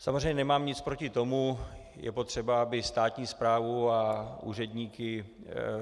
Samozřejmě nemám nic proti tomu, je potřeba, aby státní správa a